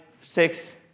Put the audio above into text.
six